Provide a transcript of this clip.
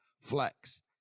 Flex